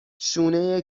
شونه